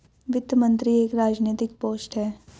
वित्त मंत्री एक राजनैतिक पोस्ट है